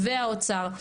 והאוצר,